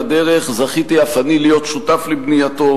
זכיתי אף אני להיות שותף לבנייתו,